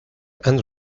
and